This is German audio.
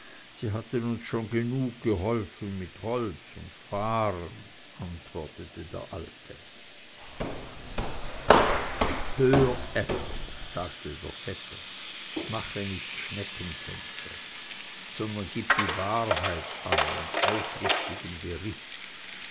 sie hatten uns schon genug geholfen mit holz und fahren antwortete der alte hör ätti sagte der vetter mache nicht schneckentänze sondern gib die wahrheit an und aufrichtigen bericht